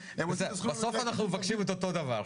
בסוף אנחנו מבקשים את אותו דבר,